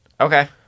Okay